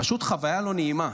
פשוט חוויה לא נעימה,